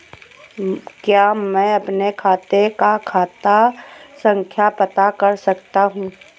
क्या मैं अपने खाते का खाता संख्या पता कर सकता हूँ?